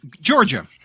Georgia